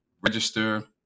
Register